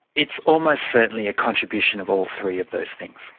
it's almost certainly a contribution of all three of those things.